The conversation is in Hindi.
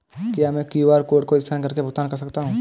क्या मैं क्यू.आर कोड को स्कैन करके भुगतान कर सकता हूं?